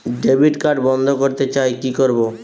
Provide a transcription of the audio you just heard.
Debit card বন্ধ করতে চাই কি করব?